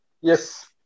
Yes